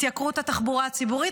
התייקרות התחבורה הציבורית,